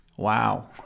Wow